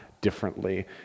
differently